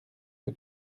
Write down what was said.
que